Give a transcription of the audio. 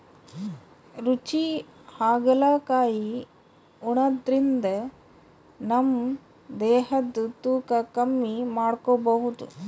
ರುಚಿ ಹಾಗಲಕಾಯಿ ಉಣಾದ್ರಿನ್ದ ನಮ್ ದೇಹದ್ದ್ ತೂಕಾ ಕಮ್ಮಿ ಮಾಡ್ಕೊಬಹುದ್